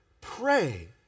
pray